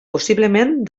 possiblement